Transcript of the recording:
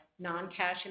non-cash